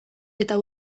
eta